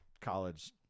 college